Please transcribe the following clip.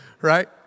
right